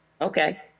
Okay